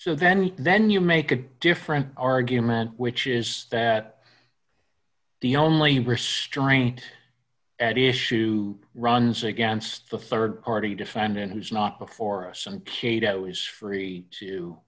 so then and then you make a different argument which is that the only restraint at issue runs against the rd party defendant who's not before us and cato is free to